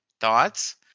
Thoughts